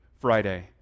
Friday